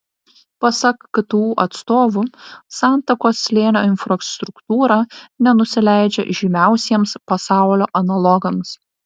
pasak ktu atstovų santakos slėnio infrastruktūra nenusileidžia žymiausiems pasaulio analogams